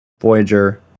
Voyager